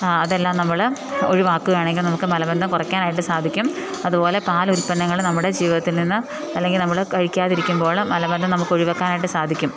അതെല്ലാം നമ്മൾ ഒഴിവാക്കുകയാണെങ്കിൽ നമുക്ക് മലബന്ധം കുറയ്ക്കാനായിട്ട് സാധിക്കും അതുപോലെ പാൽ ഉൽപ്പന്നങ്ങൾ നമ്മുടെ ജീവിത്തിൽ നിന്ന് അല്ലെങ്കിൽ നമ്മൾ കഴിക്കാതിരിക്കുമ്പോൾ മലബന്ധം നമുക്ക് ഒഴിവക്കാനായിട്ട് സാധിക്കും